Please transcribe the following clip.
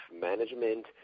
management